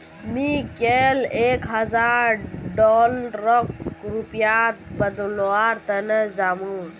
मी कैल एक हजार डॉलरक रुपयात बदलवार तने जामु